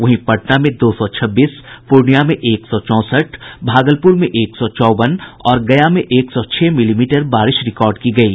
वहीं पटना में दो सौ छब्बीस पूर्णियां में एक सौ चौंसठ भागलपुर में एक सौ चौवन और गया में एक सौ छह मिलीमीटर बारिश रिकॉर्ड की गयी